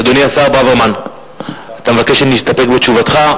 אדוני השר ברוורמן, אתה מבקש שנסתפק בתשובתך.